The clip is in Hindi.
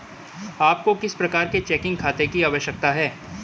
आपको किस प्रकार के चेकिंग खाते की आवश्यकता है?